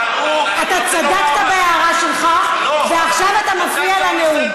רגע, לא, רגע, אני רוצה לומר משהו.